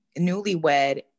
newlywed